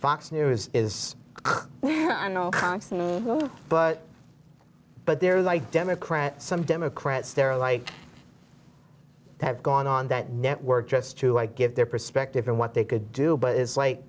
fox news is i know but but there are like democrats some democrats they're like have gone on that network just to i give their perspective on what they could do but it's like